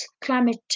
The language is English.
climate